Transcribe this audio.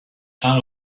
saint